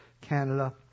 Canada